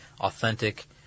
authentic